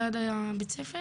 ליד הבית הספר